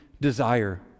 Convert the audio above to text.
desire